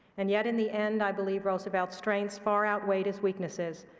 and yet, in the end, i believe roosevelt's strengths far outweighed his weaknesses.